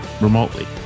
remotely